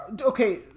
Okay